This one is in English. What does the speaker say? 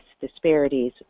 disparities